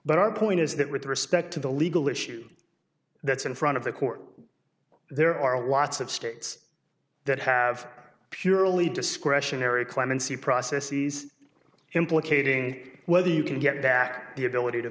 but our point is that with respect to the legal issue that's in front of the court there are lots of states that have purely discretionary clemency process these implicating whether you can get back the ability to